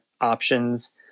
options